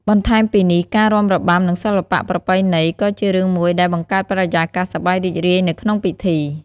បន្ថែមពីនេះ ការរាំរបាំ និងសិល្បៈប្រពៃណីក៏ជារឿងមួយដែលបង្កើតបរិយាកាសសប្បាយរីករាយនៅក្នុងពិធី។